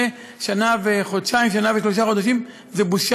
ואני אגיד: מי שצדק היה יואב קיש,